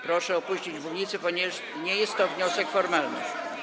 Proszę opuścić mównicę, ponieważ nie jest to wniosek formalny.